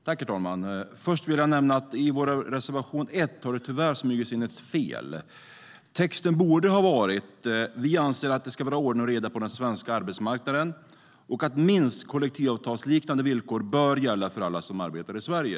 Herr talman! Först vill jag nämna att det i vår reservation 1 tyvärr har smugit sig in ett fel. Texten borde ha varit: "Vi anser att det ska vara ordning och reda på den svenska arbetsmarknaden och att minst kollektivavtalsliknande villkor bör gälla för alla som arbetar i Sverige.